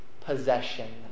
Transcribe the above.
possession